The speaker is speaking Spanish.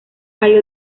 hay